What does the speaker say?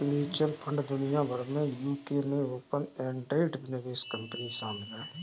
mutual fund दुनिया भर में यूके में ओपन एंडेड निवेश कंपनी शामिल हैं